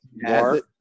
more